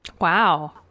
Wow